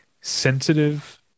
sensitive